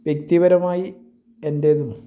വ്യക്തിപരമായി എൻ്റേതും